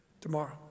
tomorrow